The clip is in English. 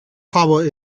power